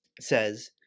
says